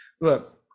look